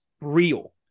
real